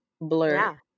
blur